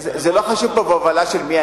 זה לא חשוב פה בהובלה של מי.